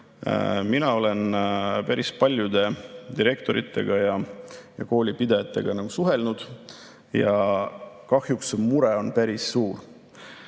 Mina olen päris paljude direktorite ja koolipidajatega suhelnud ja kahjuks nende mure on päris suur.